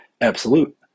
absolute